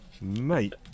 mate